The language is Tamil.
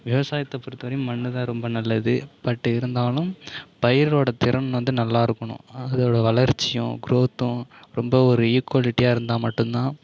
விவசாயத்தை பொறுத்த வரையும் மண் தான் ரொம்ப நல்லது பட் இருந்தாலும் பயிரோட திறன் வந்து நல்லா இருக்கணும் அதோட வளர்ச்சியும் குரோத்தும் ரொம்ப ஒரு ஈக்குவலிட்டியாக இருந்தால் மட்டும் தான்